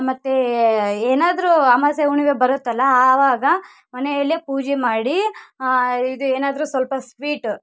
ಮತ್ತು ಏನಾದ್ರೂ ಅಮಾಸ್ಯೆ ಹುಣಿಮೆ ಬರುತ್ತಲ್ಲ ಆವಾಗ ಮನೆಯಲ್ಲೇ ಪೂಜೆ ಮಾಡಿ ಇದು ಏನಾದ್ರೂ ಸ್ವಲ್ಪ ಸ್ವೀಟ್